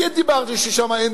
אני דיברתי על כך שאין שם דין,